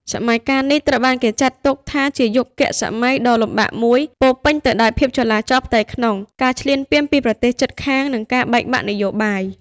សម័យកាលនេះត្រូវបានគេចាត់ទុកថាជាយុគសម័យដ៏លំបាកមួយ ពោរពេញទៅដោយភាពចលាចលផ្ទៃក្នុង ការឈ្លានពានពីប្រទេសជិតខាង និងការបែកបាក់នយោបាយ។